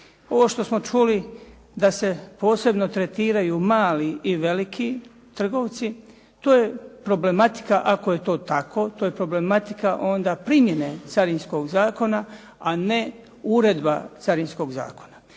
Ovo što smo čuli da se posebno tretiraju mali i veliki trgovci, to je problematika ako je to tako, to je problematika onda primjene Carinskog zakona, a ne uredba Carinskog zakona.